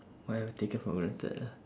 what I've taken for granted ah